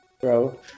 Bro